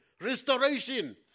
Restoration